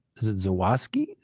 Zawaski